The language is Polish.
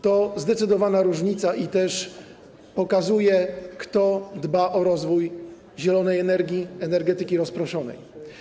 To zdecydowana różnica i też pokazuje, kto dba o rozwój zielonej energii, energetyki rozproszonej.